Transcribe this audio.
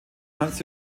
hans